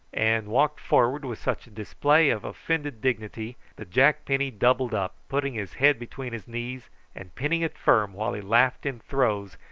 and walked forward with such a display of offended dignity that jack penny doubled up, putting his head between his knees and pinning it firm, while he laughed in throes,